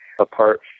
apart